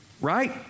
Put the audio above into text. right